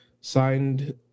signed